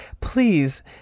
please